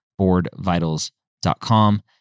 boardvitals.com